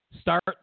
Start